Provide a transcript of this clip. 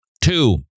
Two